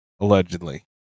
allegedly